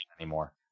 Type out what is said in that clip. anymore